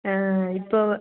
இப்போ